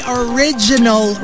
original